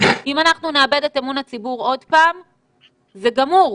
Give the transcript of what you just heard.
שאם אנחנו נאבד את אמון הציבור עוד פעם זה גמור,